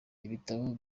ibitabo